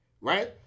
right